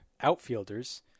outfielders